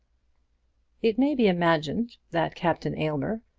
it may be imagined that captain aylmer,